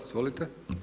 Izvolite.